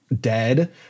dead